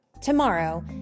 Tomorrow